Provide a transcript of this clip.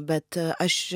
bet aš